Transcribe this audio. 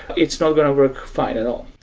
it's not going to work fine at all.